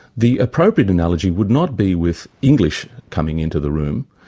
the appropriate analogy would not be with english coming into the room,